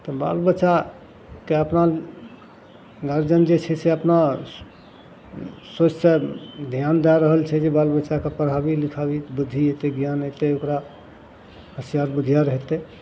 तऽ बाल बच्चाकेँ अपना गार्जिअन जे छै से अपना सोचसे धिआन दै रहल छै जे बाल बच्चाकेँ पढ़ाबी लिखाबी बुद्धि अएतै ज्ञान अएतै ओकरा होशिआर बुधिआर हेतै